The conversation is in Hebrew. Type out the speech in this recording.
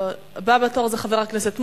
הבא בתור הוא חבר הכנסת מולה,